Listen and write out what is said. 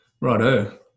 Righto